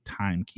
timekeeping